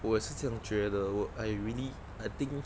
我也是这样觉得我 I really I think